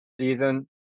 season